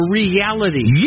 reality